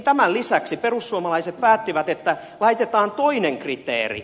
tämän lisäksi perussuomalaiset päättivät että laitetaan toinen kriteeri